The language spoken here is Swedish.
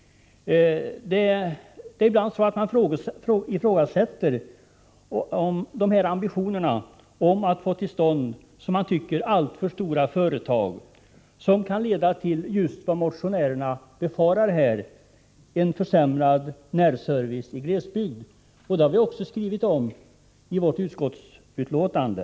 Människor ifrågasätter ibland ambitionerna att skapa alltför stora företag, som kan leda till just vad motionärerna befarar, nämligen en försämrad närservice i glesbygder. Vi har skrivit om detta i vårt utskottsbetänkande.